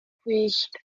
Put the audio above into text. gwyllt